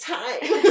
time